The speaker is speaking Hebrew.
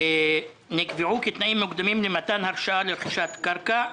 "התנאים אשר נקבעו כתנאים מוקדמים למתן ההרשאה לרכישת קרקע,